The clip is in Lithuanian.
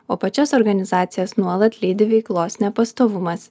o pačias organizacijas nuolat lydi veiklos nepastovumas